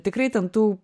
tikrai ten tų